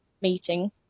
meeting